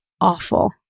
awful